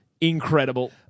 incredible